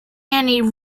many